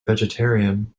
vegetarian